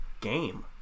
game